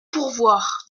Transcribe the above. pourvoir